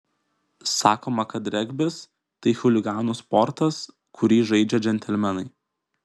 sakoma kad regbis tai chuliganų sportas kurį žaidžia džentelmenai